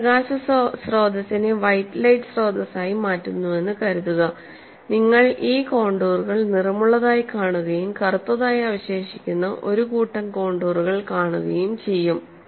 ഞാൻ പ്രകാശ സ്രോതസ്സിനെ വൈറ്റ് ലൈറ്റ് സ്രോതസ്സായി മാറ്റുന്നുവെന്ന് കരുതുക നിങ്ങൾ ഈ കോൺടൂറുകൾ നിറമുള്ളതായി കാണുകയും കറുത്തതായി അവശേഷിക്കുന്ന ഒരു കൂട്ടം കോൺടൂറുകൾ കാണുകയും ചെയ്യും